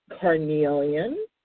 carnelian